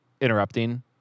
interrupting